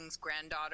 granddaughter